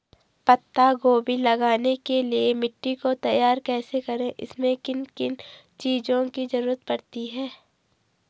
पत्ता गोभी लगाने के लिए मिट्टी को तैयार कैसे करें इसमें किन किन चीज़ों की जरूरत पड़ती है?